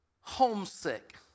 homesick